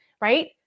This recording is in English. right